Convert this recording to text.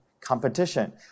competition